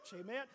Amen